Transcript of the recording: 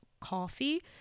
coffee